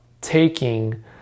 taking